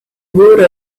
good